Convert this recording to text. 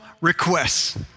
requests